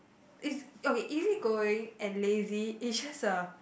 is okay easy going and lazy it's just a